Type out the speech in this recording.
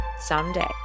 someday